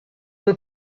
were